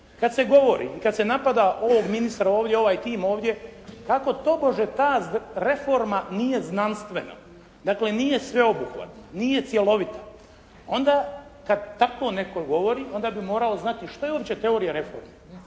Kada se govori i kada se napada ovog ministra ovdje, ovaj tim ovdje, kako tobože ta reforma nije znanstvena, dakle nije sveobuhvatna, nije cjelovita. Onda kada tako netko govori onda bi morao znati što je uopće teorija reforme,